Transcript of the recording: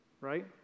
Right